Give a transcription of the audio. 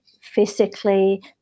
physically